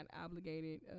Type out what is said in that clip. obligated